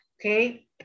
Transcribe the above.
Okay